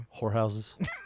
whorehouses